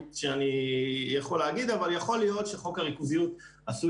שאני יכול לומר אבל יכול להיות שחוק הריכוזיות עשוי